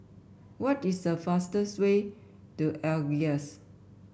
what is the fastest way to Algiers